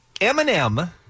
Eminem